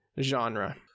genre